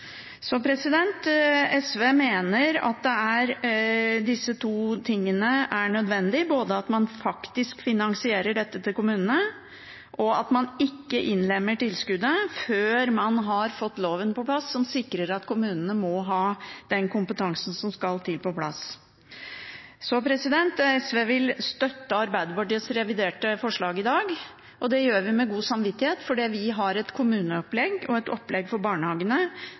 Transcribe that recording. Så SV mener at disse to tingene er nødvendig, både at man faktisk finansierer dette til kommunene, og at man ikke innlemmer tilskuddet før man har fått på plass loven som sikrer at kommunene har den kompetansen som skal til. SV vil støtte Arbeiderpartiets reviderte forslag i dag, og det gjør vi med god samvittighet, fordi vi har et kommuneopplegg og et opplegg for barnehagene